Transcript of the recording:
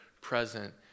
present